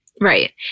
Right